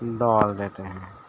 ڈال دیتے ہیں